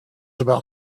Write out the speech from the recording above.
about